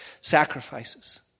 sacrifices